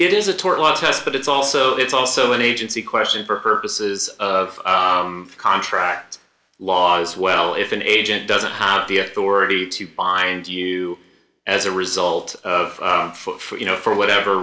it is a tort law test but it's also it's also an agency question for purposes of contract law as well if an agent doesn't have the authority to bind you as a result of for you know for whatever